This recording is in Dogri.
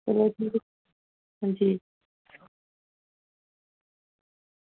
अंजी